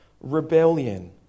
rebellion